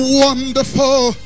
wonderful